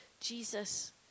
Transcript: Jesus